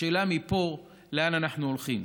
השאלה היא לאן אנחנו הולכים.